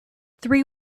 three